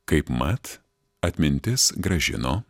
kaipmat atmintis grąžino